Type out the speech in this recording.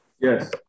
Yes